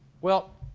well,